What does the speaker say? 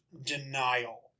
denial